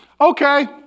Okay